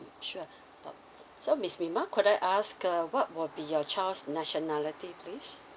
sure uh so miss mima could I ask uh what will be your child's nationality please